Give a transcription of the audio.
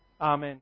Amen